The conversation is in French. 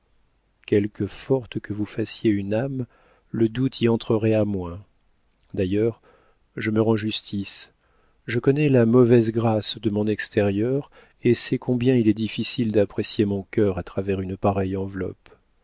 quelque forte que vous fassiez une âme le doute y entrerait à moins d'ailleurs je me rends justice je connais la mauvaise grâce de mon extérieur et sais combien il est difficile d'apprécier mon cœur à travers une pareille enveloppe